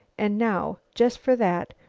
and now, just for that,